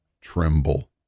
tremble